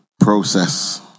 process